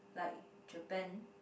like Japan